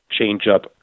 changeup